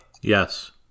Yes